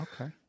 Okay